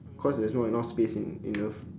cause there's not enough space in in earth